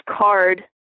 card